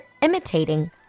imitating